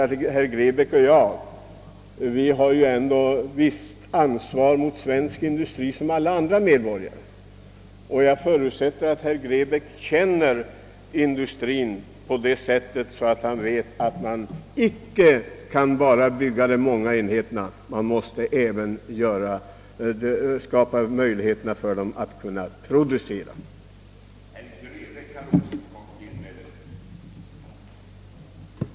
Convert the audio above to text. Men herr Grebäck och jag har som alla andra medborgare ett visst ansvar även mot svensk industri, och jag förutsätter att herr Grebäck känner förhållandena så väl att han vet att det icke bara gäller att bygga de många enheterna inom industrien; man måste också skapa möjligheterna för dem att producera och hållas i drift samt få det företagsekonomiska underlag ingen kan komma förbi.